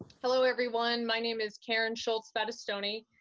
hello, everyone. my name is karen shultz battistoni,